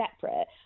separate